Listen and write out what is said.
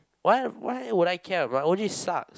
why why would I care my O_G sucks